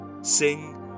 sing